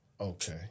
Okay